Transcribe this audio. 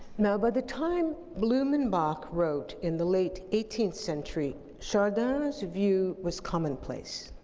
now, by the time blumenbach wrote in the late eighteenth century, chardin's view was commonplace